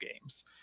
games